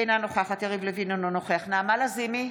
אינה נוכחת יריב לוין, אינו נוכח נעמה לזימי,